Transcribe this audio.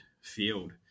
field